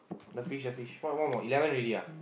the fish the fish what what about eleven already